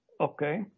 okay